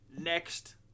next